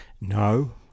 No